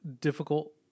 Difficult